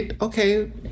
okay